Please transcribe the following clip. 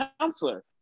counselor